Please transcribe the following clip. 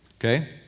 okay